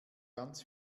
ganz